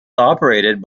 operated